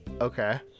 Okay